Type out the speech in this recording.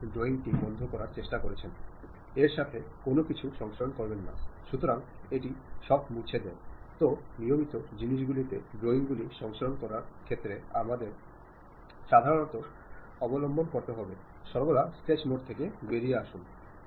നിങ്ങളുടെ അധ്യാപകൻ കുറച്ചു ദിവസങ്ങൾക് മുൻപ് ഒരു ഇമെയിൽ ഐഡി നൽകിയതിനാൽ നിങ്ങൾ ഒരു സന്ദേശം അയയ്ക്കുന്നു പക്ഷെ ദിവസങ്ങളായിട്ടും ചിലപ്പോൾ മാസങ്ങളായിട്ടും നിങ്ങൾക് പ്രതികരണമൊന്നും ലഭിക്കുന്നില്ല